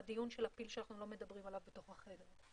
לדיון של הפיל שאנחנו לא מדברים עליו בתוך החדר.